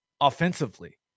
offensively